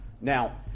Now